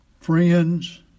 friends